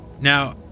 Now